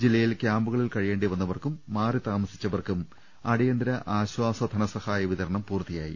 ജില്ലയിൽ ക്യാമ്പുകളിൽ കഴിയേണ്ടിവന്നവർക്കും മാറി താമസിച്ചവർക്കും അടിയന്തിര ആശ്ചാസ ധനസഹായ വിതരണം പൂർത്തിയായി